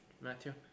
Matthew